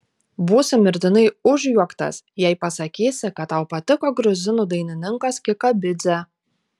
būsi mirtinai užjuoktas jei pasakysi kad tau patiko gruzinų dainininkas kikabidzė